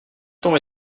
temps